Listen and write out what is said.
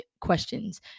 questions